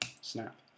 snap